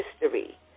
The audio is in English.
history